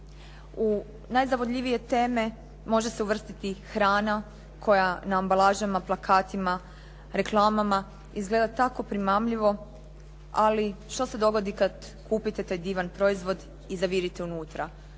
U najzavodljivije teme može se uvrstiti hrana koja na ambalažama, plakatima, reklamama izgleda tako primamljivo, ali što se dogodi kada kupite taj divan proizvod i zavirite unutra,